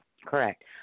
Correct